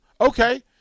okay